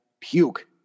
Puke